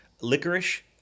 Licorice